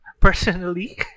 personally